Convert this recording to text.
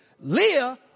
Leah